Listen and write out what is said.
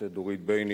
השופטת דורית בייניש,